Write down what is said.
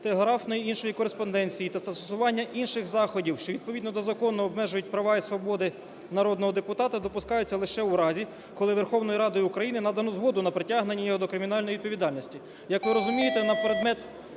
телеграфної, іншої кореспонденції та застосування інших заходів, що, відповідно до закону, обмежують права і свободи народного депутата, допускаються лише у разі, коли Верховною Радою України надано згоду на притягнення його до кримінальної відповідальності. Як ви розумієте, на предмет…